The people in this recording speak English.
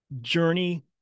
journey